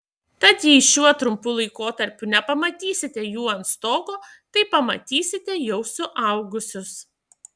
tad jei šiuo trumpu laikotarpiu nepamatysite jų ant stogo tai pamatysite jau suaugusius